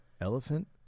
Elephant